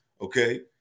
Okay